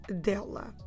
dela